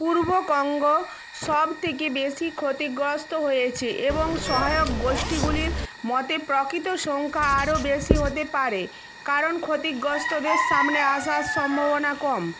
পূর্ব Congo সব থেকে বেশি ক্ষতিগ্রস্ত হয়েছে এবং সহায়ক গোষ্ঠীগুলির মতে প্রকৃত সংখ্যা আরও বেশি হতে পারে কারণ ক্ষতিগ্রস্তদের সামনে আসার সম্ভবনা কম